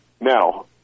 Now